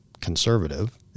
conservative